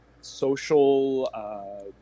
social